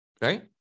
right